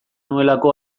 nuelako